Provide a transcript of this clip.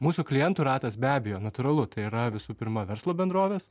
mūsų klientų ratas be abejo natūralu tai yra visų pirma verslo bendrovės